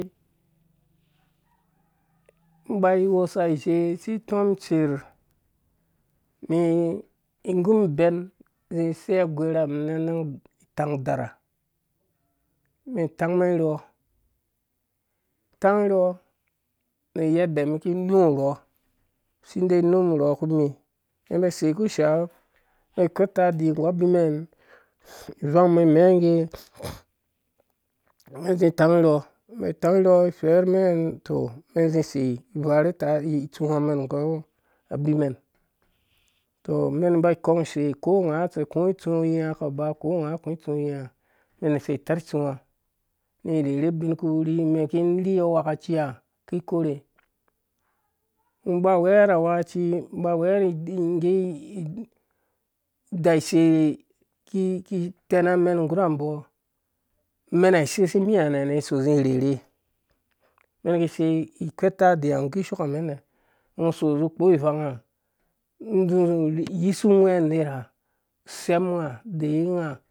Inba iwɔsa azhe isi itɔm itser mi igu ibɛn izi isei agwerhamum na anang itang udara umen itangmen itang irhɔɔ nu uyede umum iki inu urhɔ isi de inu urhɔ nimi umɛn iba isei umen ikwar utadi nggu abimɛn ivangu iba imɛngge umɛn iba itan irhɔɔ ifɛrmɛn tɔ umɛn izi ivarhi itsuwamɛn nggu abimen tɔ umɛn iba ikɔng isei ko ungaa sei aku itsuwa iyinga akaba ko ungaa sei aku itsuwa iyinga umɛn isei itar itsuwa ni irherhɛ ubinkpi umen iki irhi awakaci ki ikore ungo uba uweɔ ara awakacia ungo uba ida sei ki ki itaname nggura unbɔ umena isei isi mi ha nɛ ni iso izi irherhe umen iki isei ikwɛr utadi ha kishookamen nɛ ungo uzu uso ukpo ivanga uzu uyisu ungwɛ uner ha usem ungaɔ udeyi we unga,